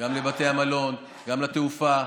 גם לבתי המלון, גם לתעופה.